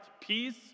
Peace